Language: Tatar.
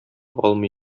алмый